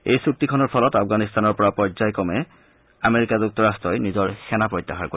এই চুক্তিখনৰ ফলত আফগানিস্তানৰ পৰা পৰ্যায় ক্ৰমে আমেৰিকা যুক্তৰাষ্ট্ৰই নিজৰ সেনা প্ৰত্যাহাৰ কৰিব